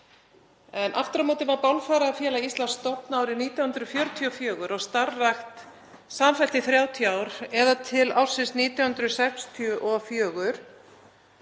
en aftur á móti var Bálfararfélag Íslands stofnað árið 1944 og starfrækt samfellt í 30 ár, eða til ársins 1964